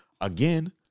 again